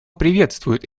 приветствует